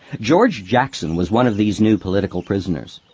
george jackson was one of these new political prisoners.